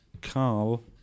Carl